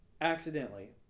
accidentally